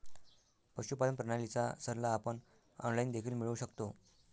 पशुपालन प्रणालीचा सल्ला आपण ऑनलाइन देखील मिळवू शकतो